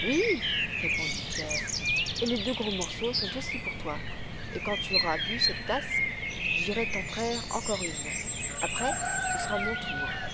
oui répondit pierre et les deux gros morceaux sont aussi pour toi et quand tu auras bu cette tasse j'irai t'en traire encore une après ce sera mon tour